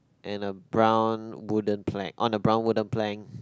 and a brown wooden plank on a brown wooden plank